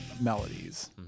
melodies